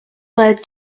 led